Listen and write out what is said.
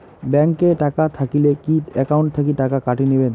Bank এ টাকা থাকিলে কি একাউন্ট থাকি টাকা কাটি নিবেন?